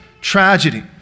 tragedy